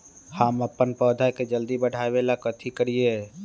हम अपन पौधा के जल्दी बाढ़आवेला कथि करिए?